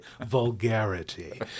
Vulgarity